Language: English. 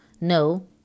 No